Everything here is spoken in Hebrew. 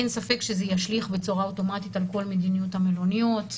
אין ספק שזה ישליך בצורה אוטומטית על כל מדיניות המלוניות,